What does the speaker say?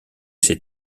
ces